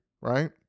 right